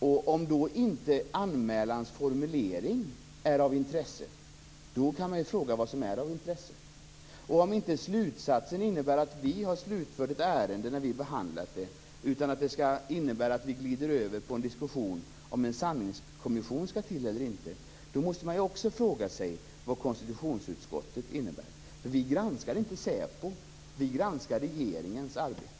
Om då formuleringen i anmälan inte är av intresse kan man fråga sig vad som är av intresse. Om slutsatsen inte innebär att vi har slutfört ett ärende när vi har behandlat det, utan innebär att vi glider över på en diskussion om huruvida en sanningskommission skall till eller inte, måste man också fråga sig vad konstitutionsutskottet innebär. Vi granskar inte säpo, utan vi granskar regeringens arbete.